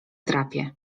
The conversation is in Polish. drapie